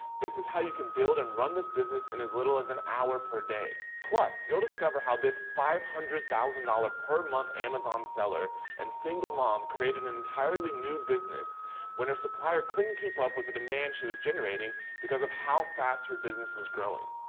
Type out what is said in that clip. this is how you can build and run this business in and as little as an hour per day. plus, you'll discover how this five hundred thousand dollars per month amazon seller and single mom created an entirely new business when her supplier couldn't keep up with the demand she was generating because of how fast her business was growing.